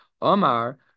Omar